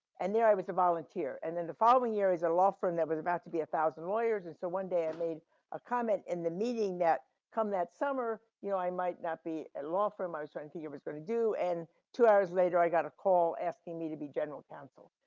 and there, i was a volunteer. and then the following year is a law firm that was about to be one thousand lawyers. and so one day, i made a comment in the meeting that come that summer, you know i might not be a law firm i was twenty years gonna do and two hours later i got a call asking me to be general counsel.